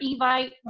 Evite